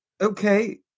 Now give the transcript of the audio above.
okay